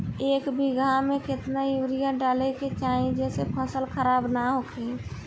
एक बीघा में केतना यूरिया डाले के चाहि जेसे फसल खराब ना होख?